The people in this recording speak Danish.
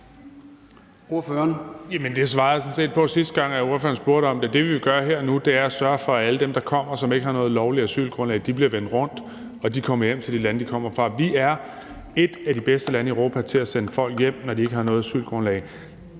set på, sidste gang ordføreren spurgte om det. Det, vi vil gøre her og nu, er at sørge for, at alle dem, der kommer, som ikke har noget lovligt asylgrundlag, bliver vendt rundt og kommer hjem til de lande, de kommer fra. Vi er et af de bedste lande i Europa til at sende folk hjem, når de ikke har noget asylgrundlag.